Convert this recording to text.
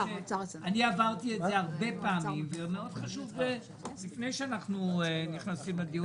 עברתי את זה הרבה פעמים ומאוד חשוב לפני שאנחנו נכנסים לדיון